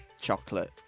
chocolate